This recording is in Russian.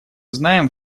знаем